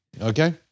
Okay